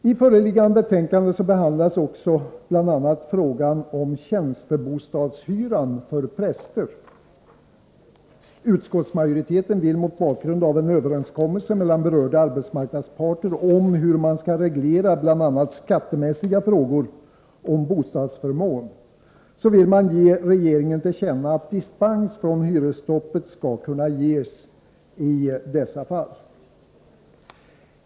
I föreliggande betänkande behandlas också bl.a. frågan om tjänstebostadshyran för präster. Utskottsmajoriteten vill mot bakgrund av en överenskommelse mellan berörda arbetsmarknadsparter om hur man skall reglera bl.a. skattemässiga frågor om bostadsförmån ge regeringen till känna att dispens för hyresstoppet skall kunna fås i dessa fall.